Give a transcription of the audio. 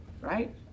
Right